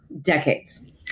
decades